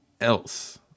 else